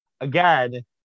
again